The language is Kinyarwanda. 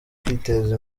kwiteza